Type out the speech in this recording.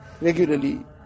regularly